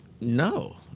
No